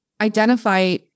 identify